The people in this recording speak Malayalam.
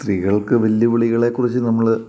സ്ത്രീകൾക്ക് വെല്ലുവിളികളെക്കുറിച്ച് നമ്മൾ